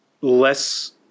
less